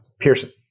Pearson